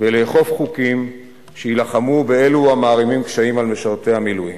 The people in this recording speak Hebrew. ולאכוף חוקים שיילחמו באלו המערימים קשיים על משרתי המילואים.